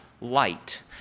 light